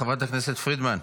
חברת הכנסת פרידמן,